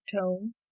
tone